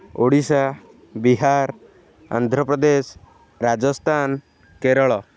Odisha Bihar Andhra Pradesh Rajasthan Kerala